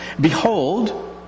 Behold